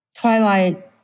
Twilight